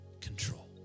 control